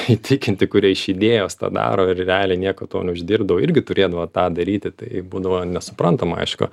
įtikinti kurie iš idėjos tą daro ir realiai nieko tuo neuždirbdavo irgi turėdavo tą daryti tai būdavo nesuprantama aišku